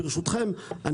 ברשותכם,